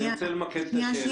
אני רוצה למקד את השאלה.